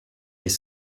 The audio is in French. les